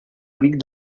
amic